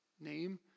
name